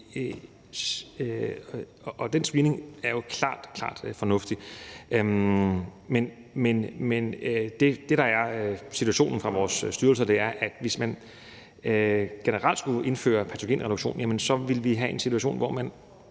og den screening er jo klart, klart fornuftig. Men det, der er situationen, siger vores styrelser, er, at hvis man generelt skulle indføre patogenreduktion, ville vi have en situation, hvor man